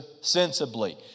sensibly